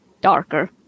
darker